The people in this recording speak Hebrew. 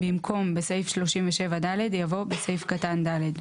במקום "בסעיף 37(ד)" יבוא "בסעיף קטן (ד)"."